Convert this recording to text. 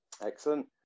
excellent